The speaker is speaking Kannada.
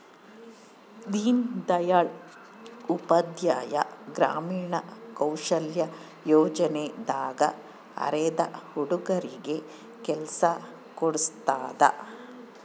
ದೀನ್ ದಯಾಳ್ ಉಪಾಧ್ಯಾಯ ಗ್ರಾಮೀಣ ಕೌಶಲ್ಯ ಯೋಜನೆ ದಾಗ ಅರೆದ ಹುಡಗರಿಗೆ ಕೆಲ್ಸ ಕೋಡ್ಸೋದ